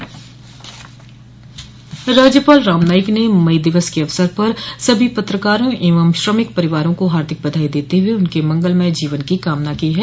राज्यपाल राम नाईक ने मई दिवस के अवसर पर सभी पत्रकारों एवं श्रमिक परिवारों को हार्दिक बधाई देते हुए उनके मंगलमय जीवन की कामना की है